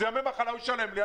זה ימי מחלה והמעסיק ישלם לי,